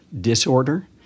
disorder